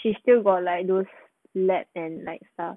she's still got like those left and like stuff